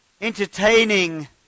entertaining